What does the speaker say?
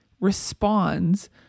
responds